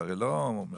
זה הרי לא --- פה,